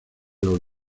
los